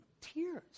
tears